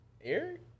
Eric